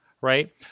right